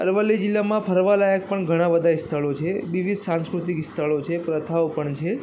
અરવલ્લી જિલ્લામાં ફરવાલાયક પણ ઘણા બધા સ્થળો છે વિવિધ સાંસ્કૃતિક સ્થળો છે પ્રથાઓ પણ છે